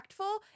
impactful